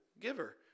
giver